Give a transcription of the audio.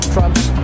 Trump's